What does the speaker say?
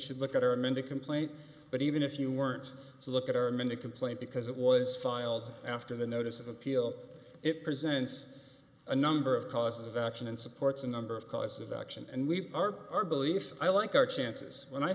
should look at her amended complaint but even if you weren't to look at her amended complaint because it was filed after the notice of appeal it presents a number of causes of action and supports a number of causes of action and we are our beliefs i like our chances when i